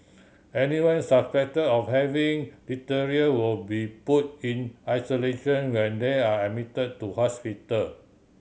anyone suspected of having diphtheria will be put in isolation when they are admitted to hospital